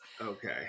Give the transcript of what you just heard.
okay